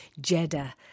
Jeddah